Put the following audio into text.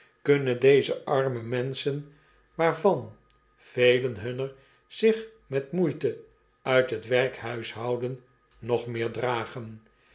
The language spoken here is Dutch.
kunnen deze armen menschen waarvan velen hunner zich met moeite uit t werkhuis houden nog meer dragen